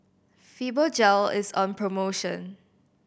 fibogel is on promotion